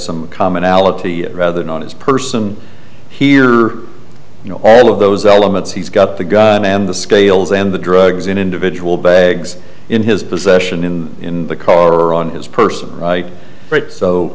some commonality rather not his person here you know all of those elements he's got the gun and the scales and the drugs in individual bags in his possession in the car or on his person right